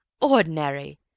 Ordinary